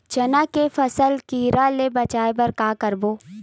चना के फसल कीरा ले बचाय बर का करबो?